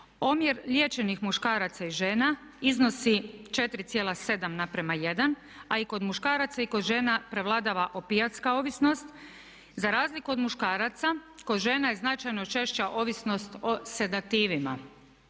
Omjer liječenih muškaraca i žena iznosi 4,7:1 a i kod muškaraca i kod žena prevladava opijatska ovisnost. Za razliku od muškaraca kod žena je značajno češća ovisnost o sedativima.